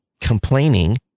complaining